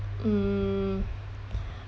mm